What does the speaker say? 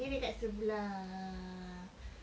dia dekat sebelah